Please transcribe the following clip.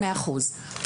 מאה אחוז.